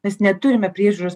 nes neturime priežiūros